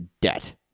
debt